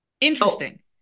interesting